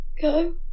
go